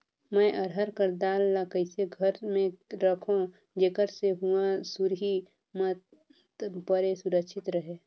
मैं अरहर कर दाल ला कइसे घर मे रखों जेकर से हुंआ सुरही मत परे सुरक्षित रहे?